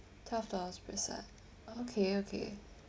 twelve dollars per set okay okay